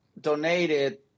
donated